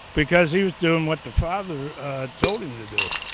because he was doing what the father told him to do,